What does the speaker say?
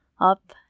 Up